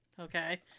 Okay